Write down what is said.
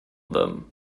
them